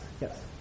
Yes